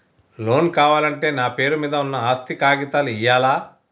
Loan కావాలంటే నా పేరు మీద ఉన్న ఆస్తి కాగితాలు ఇయ్యాలా?